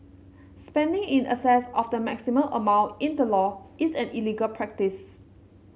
spending in excess of the maximum amount in the law is an illegal practice